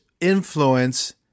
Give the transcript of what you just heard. influence